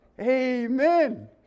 Amen